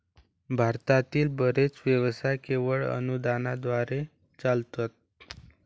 भारतातील बरेच व्यवसाय केवळ अनुदानाद्वारे चालतात